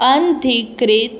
अंथिक्रीत